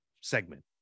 segment